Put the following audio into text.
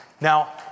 Now